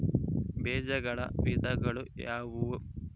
ಬೇಜಗಳ ವಿಧಗಳು ಯಾವುವು?